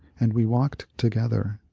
and we walked together.